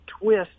twist